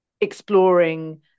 exploring